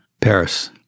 Paris